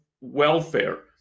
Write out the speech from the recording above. welfare